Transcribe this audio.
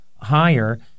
higher